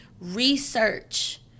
Research